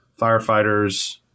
firefighters